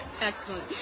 Excellent